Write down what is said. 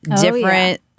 different